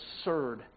absurd